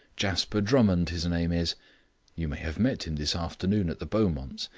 jasper drummond his name is you may have met him this afternoon at the beaumonts.